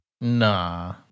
Nah